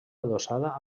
adossada